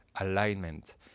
alignment